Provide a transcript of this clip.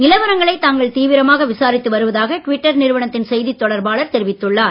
நிலவரங்களை தாங்கள் தீவிரமாக விசாரித்து வருவதாக டுவிட்டர் நிறுவனத்தின் செய்தி தொடர்பாளர் தெரிவித்துள்ளார்